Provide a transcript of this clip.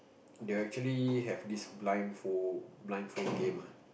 they will actually have this blindfold blindfold game ah